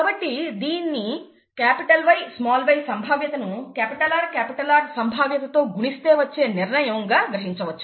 కాబట్టి దీన్ని Yy సంభావ్యతను RR సంభావ్యత తో గుణిస్తే వచ్చే నిర్ణయంగా గ్రహించవచ్చు